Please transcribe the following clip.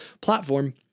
platform